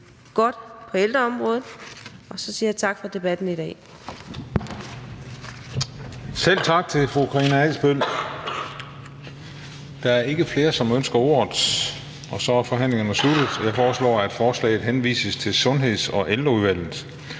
godt på ældreområdet. Og så siger jeg tak for debatten i dag. Kl. 16:19 Den fg. formand (Christian Juhl): Selv tak til fru Karina Adsbøl. Der er ikke flere, som ønsker ordet, og derfor er forhandlingen sluttet. Jeg foreslår, at forslaget henvises til Sundheds- og Ældreudvalget.